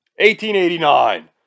1889